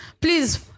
please